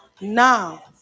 Now